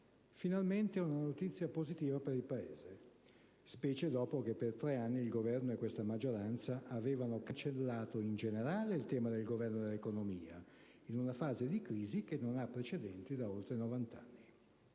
finalmente una notizia positiva per il nostro Paese, specie dopo che per tre anni il Governo e questa maggioranza hanno cancellato in generale il tema del governo dell'economia in una fase di crisi che non ha precedenti da oltre 90 anni.